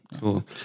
cool